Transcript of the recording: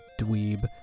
dweeb